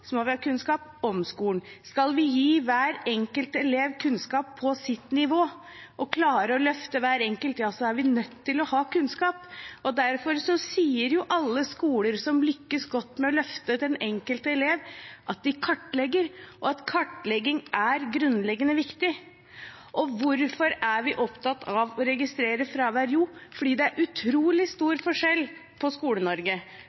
må vi ha kunnskap om skolen. Skal vi gi hver enkelt elev kunnskap på sitt nivå og klare å løfte hver enkelt, er vi nødt til å ha kunnskap. Derfor sier alle skoler som lykkes godt med å løfte den enkelte elev, at de kartlegger, og at kartlegging er grunnleggende viktig. Og hvorfor er vi opptatt av å registrere fravær? Jo, fordi det er utrolig